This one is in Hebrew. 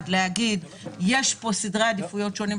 תפקידי יהיה להגיד שיש פה סדרי עדיפויות שונים.